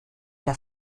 der